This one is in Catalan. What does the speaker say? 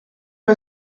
que